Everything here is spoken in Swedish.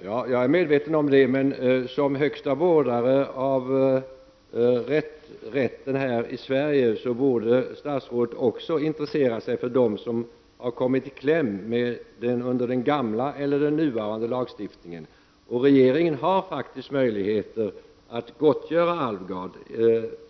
Herr talman! Jag är medveten om det. Men som högsta vårdare av rättsväsendet i Sverige borde statsrådet också intressera sig för de människor som har kommit i kläm under både den gamla och den nya lagstiftningen. Regeringen har faktiskt möjligheter att gottgöra Halvar Alvgard